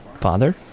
Father